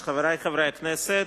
גברתי היושבת-ראש, חברי חברי הכנסת,